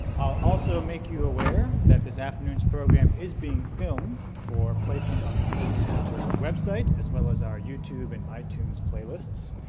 i'll also make you aware that this afternoon's program is being filmed for placement on the kluge center website as well as our youtube and itunes playlists.